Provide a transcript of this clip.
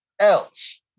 else